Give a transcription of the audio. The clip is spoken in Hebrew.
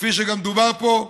כפי שגם דובר פה,